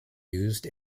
used